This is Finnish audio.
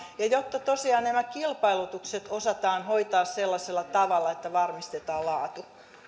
ja jotta tosiaan nämä kilpailutukset osataan hoitaa sellaisella tavalla että varmistetaan laatu